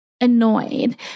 Annoyed